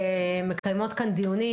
ומקיימות כאן דיונים,